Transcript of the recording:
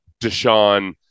Deshaun